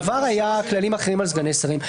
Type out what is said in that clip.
בעבר היו כללים אחרים על סגני שרים.